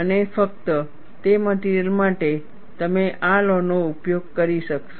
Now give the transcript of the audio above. અને ફક્ત તે મટિરિયલ માટે તમે આ લૉ નો ઉપયોગ કરી શકશો